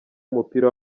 w’umupira